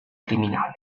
criminale